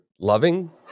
loving